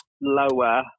Lower